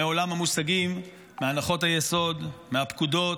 מעולם המושגים, מהנחות היסוד, מהפקודות,